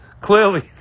clearly